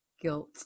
Guilt